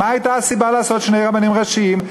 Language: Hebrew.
מה הייתה הסיבה למנות שני רבנים ראשיים?